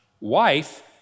Wife